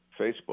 Facebook